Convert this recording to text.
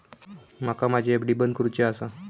माका माझी एफ.डी बंद करुची आसा